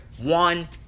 one